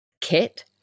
Kit